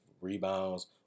rebounds